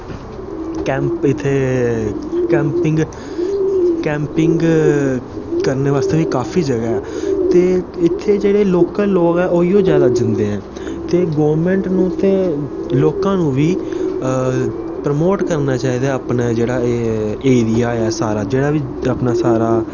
camp इत्थै camping करने बास्तै बी काफी जगह ऐ ते इत्थै जेह्ड़े लोकल लोग ऐ उऐ जैदा जंदे ऐ ते गौरमैंट गी ते लोकें गी बी प्रमोट करना चाहिदा अपने जेह्ड़ा एह् एरिया ऐ सारा जेह्ड़ा बी अपना सारे